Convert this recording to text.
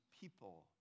people